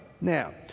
Now